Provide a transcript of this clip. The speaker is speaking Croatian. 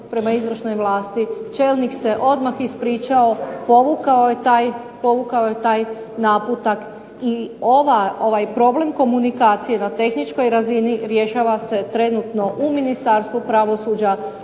prema izvršnoj vlasti, čelnik se odmah ispričao, povukao je taj naputak i ovaj problem komunikacije na tehničkoj razini rješava se trenutno u Ministarstvu pravosuđa,